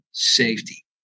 Safety